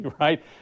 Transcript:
right